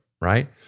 right